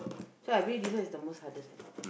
so I believe this one is the most hardest thing